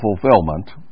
fulfillment